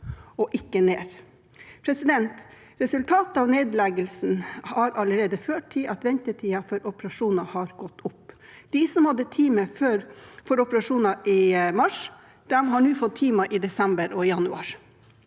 og ikke ned. Resultatet av nedleggelsen har allerede ført til at ventetiden for operasjoner har gått opp. De som hadde time for operasjoner i mars, har nå fått time i desember og januar.